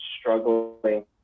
struggling